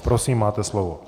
Prosím, máte slovo.